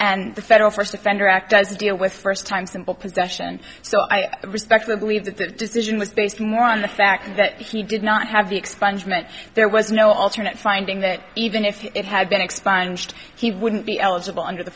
and the federal first offender act does deal with first time simple possession so i respect i believe that the decision was based more on the fact that he did not have the expungement there was no alternate finding that even if it had been expunged he wouldn't be eligible under the